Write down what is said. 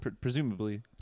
Presumably